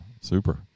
super